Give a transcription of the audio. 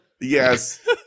Yes